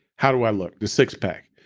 how do i look? the six pack.